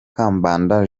kambanda